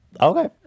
Okay